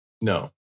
No